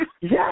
Yes